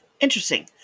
Interesting